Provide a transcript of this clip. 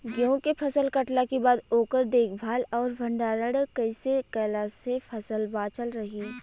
गेंहू के फसल कटला के बाद ओकर देखभाल आउर भंडारण कइसे कैला से फसल बाचल रही?